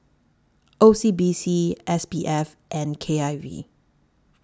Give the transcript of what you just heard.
O C B C S P F and K I V